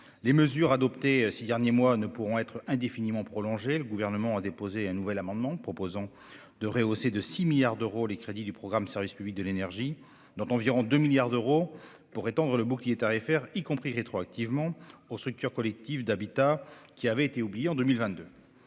Les mesures adoptées ces derniers mois ne pourront être indéfiniment prolongées. Le Gouvernement a déposé un nouvel amendement visant à rehausser de 6 milliards d'euros les crédits du programme « Service public de l'énergie », dont environ 2 milliards d'euros pour étendre le bouclier tarifaire, y compris rétroactivement, aux structures collectives d'habitat qui avaient été oubliées en 2022.